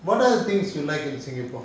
what other things you like in singapore